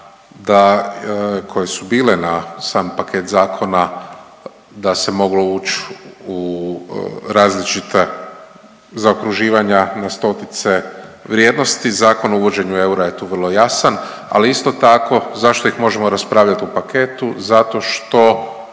koje su bile na sam paket zakona, da se moglo ući u različita zaokruživanja na stotice vrijednosti. Zakon o uvođenju eura je tu vrlo jasan, ali isto tako zašto ih možemo raspravljati u paketu? Zato što